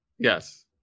Yes